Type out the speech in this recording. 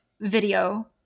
video